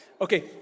Okay